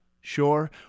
sure